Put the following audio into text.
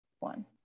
One